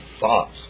thoughts